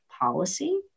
policy